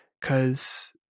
Cause